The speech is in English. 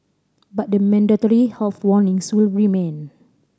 but the mandatory health warnings will remain